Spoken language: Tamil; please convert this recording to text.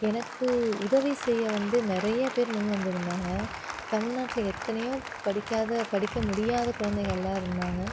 எனக்கு உதவி செய்ய வந்து நிறையா பேர் முன்வந்து இருந்தாங்க தமிழ்நாட்டில் எத்தனையோ படிக்காத படிக்க முடியாத குழந்தைகள்லாம் இருந்தாங்க